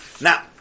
Now